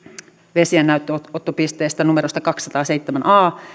vesien näytteenottopisteestä numero kaksisataaseitsemän a